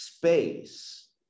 space